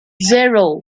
zero